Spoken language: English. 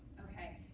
ok?